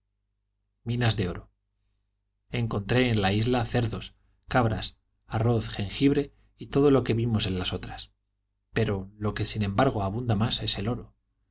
minas de oro encontré en la isla cerdos cabras arroz jengibre y todo lo que vimos en las otras pero lo que sin embargo abunda más es el oro